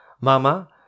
Mama